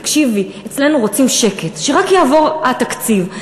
תקשיבי, אצלנו רוצים שקט, שרק יעבור התקציב.